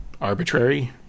Arbitrary